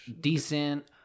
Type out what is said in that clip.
decent